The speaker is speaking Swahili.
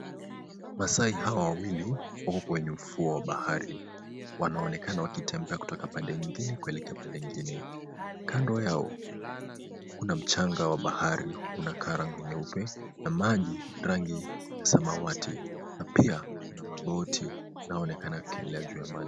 Maasai hawa wawili, wako kwenye ufuo wa bahari. Wanaonekana wakitembea kutoka pande nyingine kuelekea pande nyingine. Kando yao, kuna mchanga wa bahari unakaa rangi nyeupe na maji rangi samawati na pia kuna maboti inayoonekana ikielea juu ya maji.